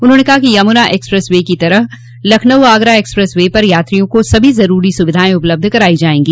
उन्होंने कहा कि यमुना एक्सप्रेस वे की तरह लखनऊ आगरा एक्सप्रेस वे पर यात्रियों को सभी जरूरी सुविधाए उपलब्ध कराई जायेंगी